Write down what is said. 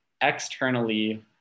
externally